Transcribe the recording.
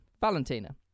Valentina